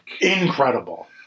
incredible